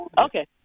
okay